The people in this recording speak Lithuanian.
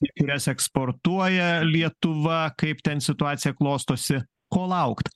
į kurias eksportuoja lietuva kaip ten situacija klostosi ko laukt